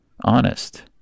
honest